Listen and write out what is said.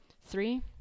three